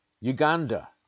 Uganda